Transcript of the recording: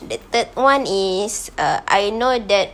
the third one is err I know that